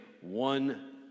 one